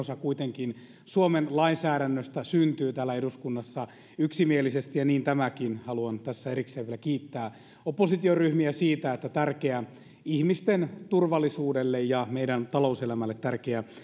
osa suomen lainsäädännöstä syntyy täällä eduskunnassa yksimielisesti ja niin tämäkin haluan tässä erikseen vielä kiittää oppositioryhmiä siitä että ihmisten turvallisuudelle ja meidän talouselämällemme tärkeä